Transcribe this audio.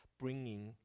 bringing